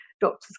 doctors